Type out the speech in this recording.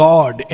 God